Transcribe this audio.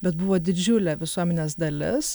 bet buvo didžiulė visuomenės dalis